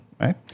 right